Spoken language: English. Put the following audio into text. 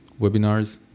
webinars